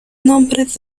nombres